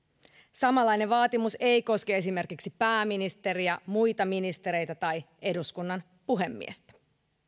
samanlainen vaatimus ei koske esimerkiksi pääministeriä muita ministereitä tai eduskunnan puhemiestä